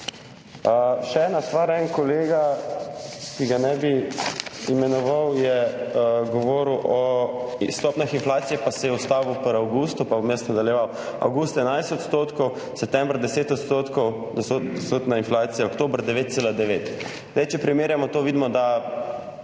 Še ena stvar. En kolega, ki ga ne bi imenoval, je govoril o stopnjah inflacije pa se je ustavil pri avgustu, pa bom jaz nadaljeval. Avgust 11 %, september 10-odstotna inflacija, oktober 9,9. Če to primerjamo, vidimo, da